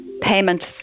payment